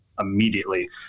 immediately